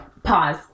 Pause